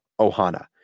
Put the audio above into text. ohana